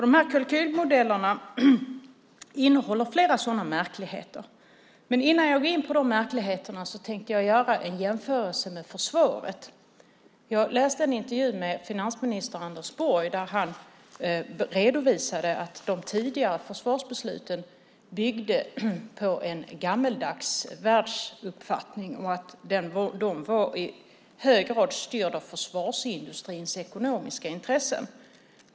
De här kalkylmodellerna innehåller flera sådana märkligheter, men innan jag går in på de märkligheterna tänkte jag göra en jämförelse med försvaret. Jag läste en intervju med finansminister Anders Borg där han redovisade att de tidigare försvarsbesluten byggde på en gammaldags världsuppfattning och att de i hög grad var styrda av försvarsindustrins ekonomiska intressen.